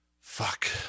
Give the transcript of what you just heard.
fuck